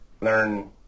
learn